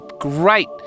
great